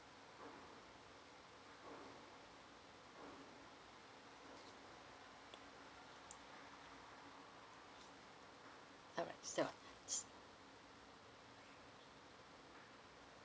alright is there